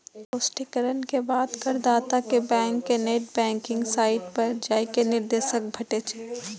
पुष्टिकरण के बाद करदाता कें बैंक के नेट बैंकिंग साइट पर जाइ के निर्देश भेटै छै